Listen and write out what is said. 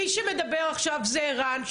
מי שמדבר עכשיו זה ערן,